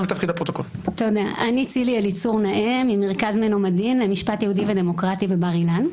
אני ממרכז מנומדין למשפט יהודי ודמוקרטי בבר אילן.